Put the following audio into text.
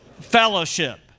Fellowship